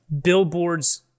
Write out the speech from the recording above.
billboards